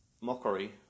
mockery